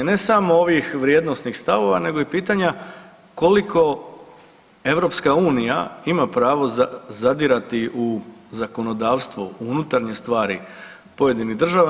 Ne samo ovih vrijednosnih stavova, nego i pitanja koliko Europska unija ima pravo zadirati u zakonodavstvo u unutarnje stvari pojedinih država.